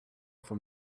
from